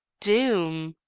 doom!